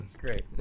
Great